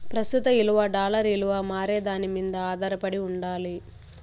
ప్రస్తుత ఇలువ డాలర్ ఇలువ మారేదాని మింద ఆదారపడి ఉండాలి